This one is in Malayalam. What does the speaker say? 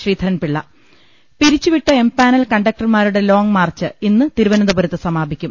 ശ്രീധരൻപിള്ള പിരിച്ചുവിട്ട എംപാനൽ കണ്ടക്ടർമാരുടെ ലോങ്മാർച്ച് ഇന്ന് തിരുവനന്തപുരത്ത് സമാപിക്കും